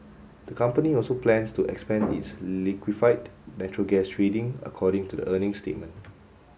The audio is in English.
the company also plans to expand its liquefied natural gas trading according to the earnings statement